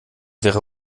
wäre